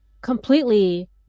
completely